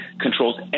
controls